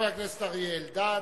חבר הכנסת אריה אלדד,